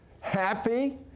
happy